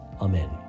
Amen